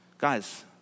Guys